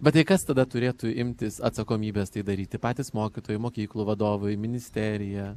bet tai kas tada turėtų imtis atsakomybės tai daryti patys mokytojai mokyklų vadovai ministerija